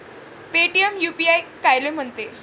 Paytm UPI कायले म्हनते?